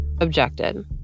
objected